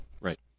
Right